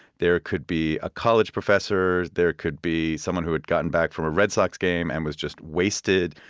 there could be a college professor. there could be someone who had gotten back from a red sox game and was just wasted.